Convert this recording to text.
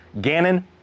Gannon